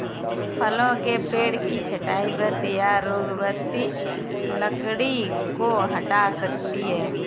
फलों के पेड़ की छंटाई मृत या रोगग्रस्त लकड़ी को हटा सकती है